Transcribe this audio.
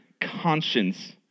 conscience